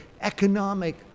economic